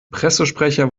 pressesprecher